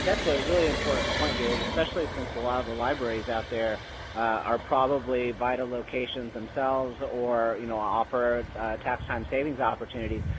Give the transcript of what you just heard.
but a really important point david, especially since a lot of the libraries out there are probably vita locations themselves or, you know, offer tax time savings opportunities.